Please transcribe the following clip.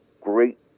great